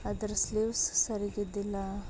ಅದ್ರ ಸ್ಲೀವ್ಸ್ ಸರಿಗಿದ್ದಿಲ್ಲ